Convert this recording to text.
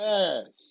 Yes